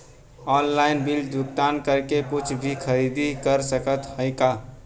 Online bill भुगतान करके कुछ भी खरीदारी कर सकत हई का?